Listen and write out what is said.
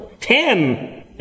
Ten